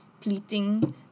pleating